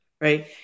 Right